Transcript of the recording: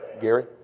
Gary